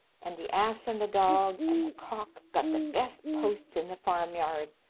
and the ass and the dog and the cock got the best posts in the farmyard,